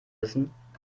wissen